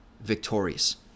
victorious